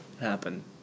happen